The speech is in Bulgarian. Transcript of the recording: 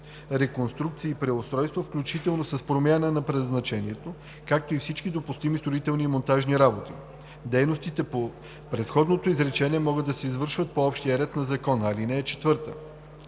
реконструкции и преустройства, включително с промяна на предназначението, както и всички допустими строителни и монтажни работи. Дейностите по предходното изречение могат да се извършват по общия ред на закона.